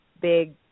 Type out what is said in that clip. big